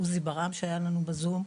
עוזי ברעם שהיה לנו בזום,